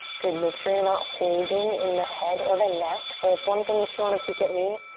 good, make sure you're not holding in the head or the neck. so it's one thing if you want to peek at me,